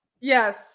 Yes